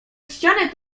ścianę